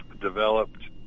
developed